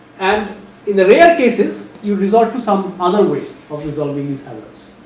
and in the rare cases you resolve to some other way. problem solving is others.